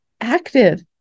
active